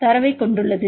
தரவைக் கொண்டுள்ளது